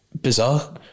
bizarre